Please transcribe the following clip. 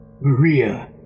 Maria